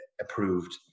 approved